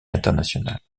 internationales